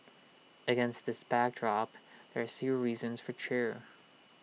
against this backdrop there are still reasons for cheer